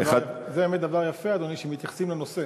אדוני, זה באמת דבר יפה שמתייחסים לנושא.